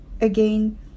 again